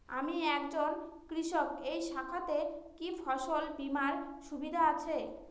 আমি একজন কৃষক এই শাখাতে কি ফসল বীমার সুবিধা আছে?